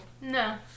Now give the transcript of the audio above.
No